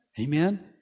Amen